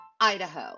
Idaho